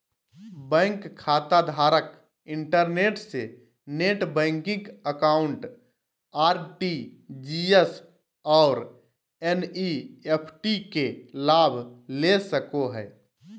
bank खाताधारक internet से net banking account, RTGS और एन.इ.एफ.टी के लाभ ले सको हइ